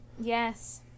Yes